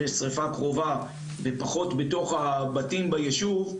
יש שריפה קרובה ופחות בתוך הבתים ביישוב,